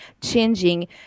changing